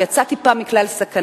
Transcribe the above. שהוא טיפה יצא מכלל סכנה,